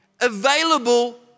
available